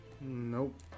Nope